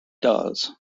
does